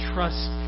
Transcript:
Trust